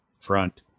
front